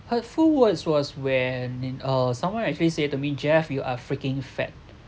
hurtful words was when uh someone actually said to me jeff you are freaking fat